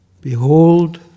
Behold